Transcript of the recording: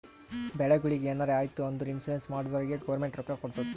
ಬೆಳಿಗೊಳಿಗ್ ಎನಾರೇ ಆಯ್ತು ಅಂದುರ್ ಇನ್ಸೂರೆನ್ಸ್ ಮಾಡ್ದೊರಿಗ್ ಗೌರ್ಮೆಂಟ್ ರೊಕ್ಕಾ ಕೊಡ್ತುದ್